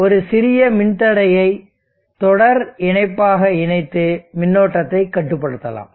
ஒரு சிறிய மின்தடையை தொடர் இணைப்பாக இணைத்து மின்னோட்டத்தைக் கட்டுப்படுத்தலாம்